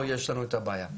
פה יש לנו את הבעיה.